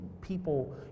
people